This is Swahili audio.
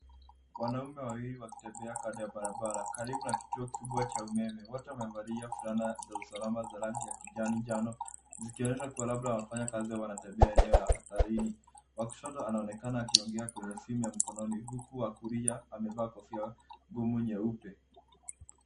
Wanaume wawili wakitembea kando ya barabara karibu na kituo kubwa cha umeme. Wote wamevalia fulana za usalama za rangi ya kijani njano zikionyesha kuwa labda wanafanya kazi au wanatembea eneo la hatarini, wa kushoto anaonekana akiongea kwenye simu ya mikononi huku wa kulia amevaa kofia gumu nyeupe.